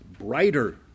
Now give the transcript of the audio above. brighter